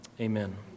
amen